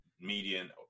median